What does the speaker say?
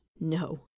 No